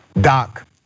Doc